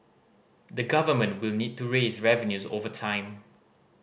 the Government will need to raise revenues over time